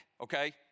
okay